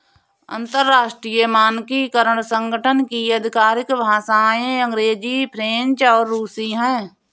अंतर्राष्ट्रीय मानकीकरण संगठन की आधिकारिक भाषाएं अंग्रेजी फ्रेंच और रुसी हैं